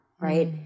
right